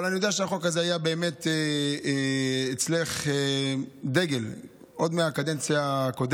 אני יודע שהחוק הזה היה באמת דגל אצלך עוד מהקדנציה הקודמת.